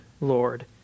Lord